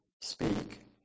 speak